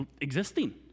existing